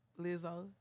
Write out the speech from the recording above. Lizzo